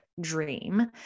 dream